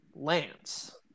Lance